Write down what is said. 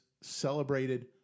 celebrated